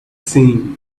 seen